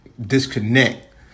disconnect